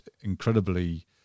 incredibly